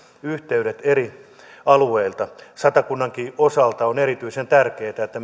yhteydet eri alueilta satakunnankin osalta on erityisen tärkeätä että